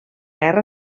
guerra